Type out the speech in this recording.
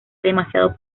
demasiado